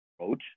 approach